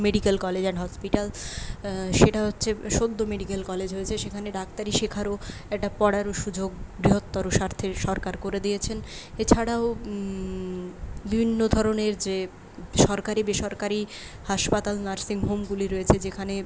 medical college and hospital সেটা হচ্ছে সদ্য মেডিকেল কলেজ হয়েছে সেখানে ডাক্তারি শেখার ও একটা পড়ারও সুযোগ বৃহত্তর স্বার্থে সরকার করে দিয়েছেন এছাড়াও বিভিন্ন ধরনের যে সরকারি বেসরকারি হাসপাতাল নার্সিংহোমগুলি রয়েছে যেখানে